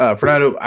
Fernando